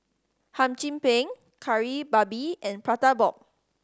Hum Chim Peng Kari Babi and Prata Bomb